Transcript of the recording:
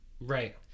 right